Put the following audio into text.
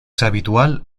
habitual